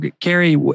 Carrie